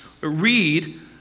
read